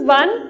one